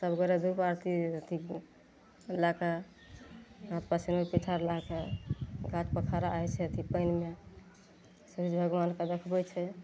सब गोरे धूप आरती अथी लए कए उहाँ पर सेनुर पिठार लए कए घाटपर खड़ा होइ छै उ पानिमे सूर्य भगवानके देखबय छै